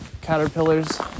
caterpillars